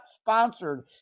sponsored